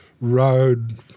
road